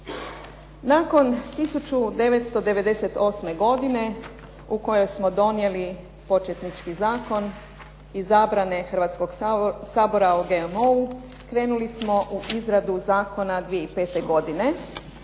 Nakon 1998. godine u kojoj smo donijeli početnički zakon i zabrane Hrvatskog sabora o GMO-u krenuli smo u izradu zakona 2005. godine